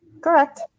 Correct